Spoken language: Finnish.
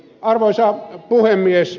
arvoisa puhemies